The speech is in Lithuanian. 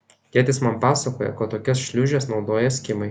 tėtis man pasakojo kad tokias šliūžes naudoja eskimai